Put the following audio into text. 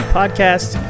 podcast